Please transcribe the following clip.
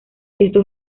esto